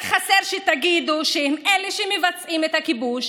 רק חסר שתגידו שהם אלה שמבצעים את הכיבוש,